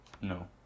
No